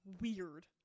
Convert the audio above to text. weird